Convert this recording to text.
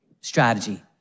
strategy